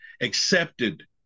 accepted